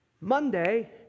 Monday